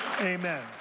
Amen